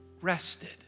rested